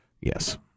Yes